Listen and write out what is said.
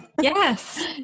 Yes